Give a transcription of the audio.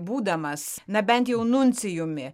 būdamas na bent jau nuncijumi